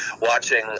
watching